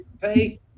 pay